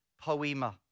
poema